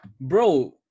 bro